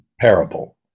parable